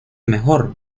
mejor